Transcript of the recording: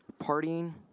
partying